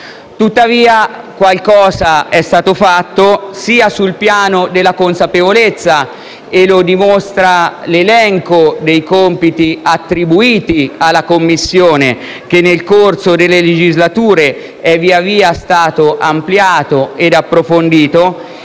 Tuttavia, qualcosa è stato fatto, sotto diversi profili: sul piano della consapevolezza, l'elenco dei compiti attribuiti alla Commissione nel corso delle legislature è via via stato ampliato e approfondito,